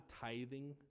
tithing